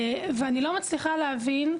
ואני לא מצליחה להבין,